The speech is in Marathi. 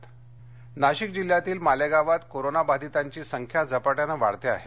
मालेगाव नाशिक नाशिक जिल्ह्यातील मालेगावात कोरोना बाधितांची संख्या झपाट्यानं वाढते आहे